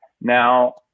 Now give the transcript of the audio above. now